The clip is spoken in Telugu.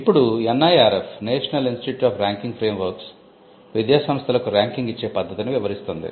ఇప్పుడు NIRF National Institute of Ranking Framework విద్యాసంస్థలకు ర్యాంకింగ్ ఇచ్చే పద్దతిని వివరిస్తుంది